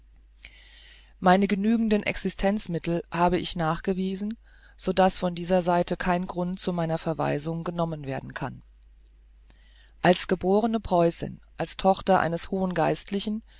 meine genügende existenzmittel habe ich nachgewiesen so daß von dieser seite kein grund zu meiner verweisung genommen werden kann als geborne preußin als tochter eines hohen geistlichen